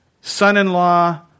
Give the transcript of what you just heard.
son-in-law